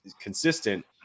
consistent